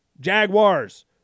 Jaguars